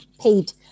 paid